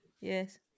Yes